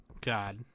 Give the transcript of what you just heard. God